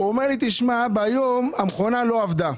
אומר לי: היום המכונה לא עבדה.